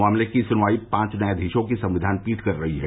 मामले की सुनवाई पांच न्यायाधीशो की संविधान पीठ कर रही है